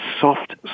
soft